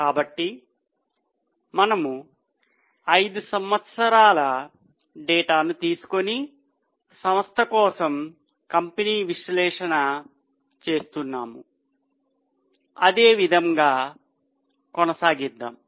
కాబట్టి మనము 5 సంవత్సరాల డేటాను తీసుకుని సంస్థ కోసం కంపెనీ విశ్లేషణ చేస్తున్నాము అదే విధంగా కొనసాగిద్దాం